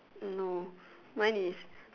no mine is